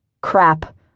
Crap